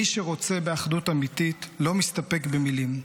מי שרוצה באחדות אמיתית לא מסתפק במילים.